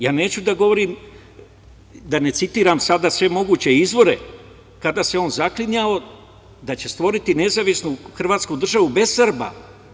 Ja neću da govorim, da ne citiram sada sve moguće izvore, kada se on zaklinjao da će stvoriti nezavisnu hrvatsku državu bez Srba.